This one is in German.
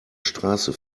straße